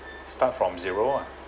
start from zero ah